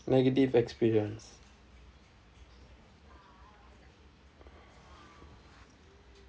negative experience